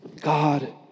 God